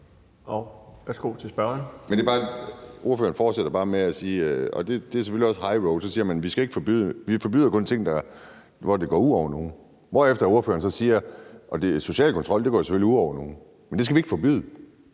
Værsgo til spørgeren. Kl. 18:42 Kim Edberg Andersen (NB): Ordføreren fortsætter bare med at sige, og det er selvfølgelig også highroad, at vi forbyder kun ting, hvor det går ud over nogen, hvorefter ordføreren siger, at social kontrol selvfølgelig går ud over nogen, men at det skal vi ikke forbyde.